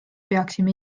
peaksime